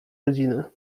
rodziny